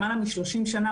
למעלה מ-30 שנה,